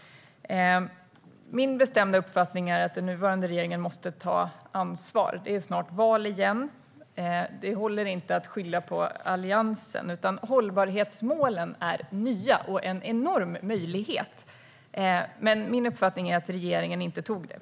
Min bestämda uppfattning är att den nuvarande regeringen måste ta ansvar. Det är snart val igen. Det håller inte att skylla på Alliansen. Hållbarhetsmålen är nya och en enorm möjlighet, men min uppfattning är att regeringen inte tog den.